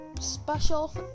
special